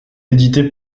éditée